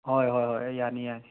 ꯍꯣꯏ ꯍꯣꯏ ꯍꯣꯏ ꯑꯦ ꯌꯥꯅꯤ ꯌꯥꯅꯤ